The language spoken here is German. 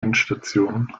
endstation